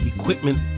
Equipment